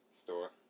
Store